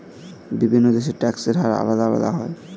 বিভিন্ন দেশের ট্যাক্সের হার আলাদা আলাদা হয়